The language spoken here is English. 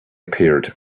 appeared